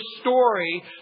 story